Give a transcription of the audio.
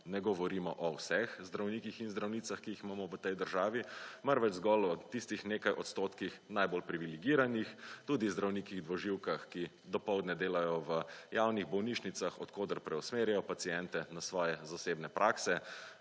ne govorimo o vseh zdravnikih in zdravnicah, ki jih imamo v tej državi, marveč zgolj o tistih nekaj odstotkih najbolj privilegiranih, tudi zdravnikih dvoživkah, ki dopoldan delajo v javnih bolnišnicah od koder preusmerjajo paciente na svoje zasebne prakse,